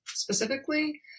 Specifically